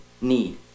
need